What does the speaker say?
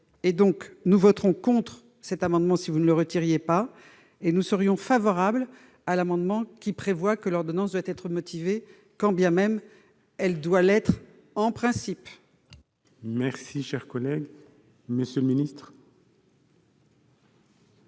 Nous voterons contre cet amendement si vous ne le retirez pas et nous serons favorables à l'amendement tendant à prévoir que l'ordonnance doit être motivée, quand bien même elle doit l'être en principe. La parole est à M. le ministre.